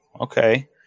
okay